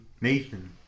Nathan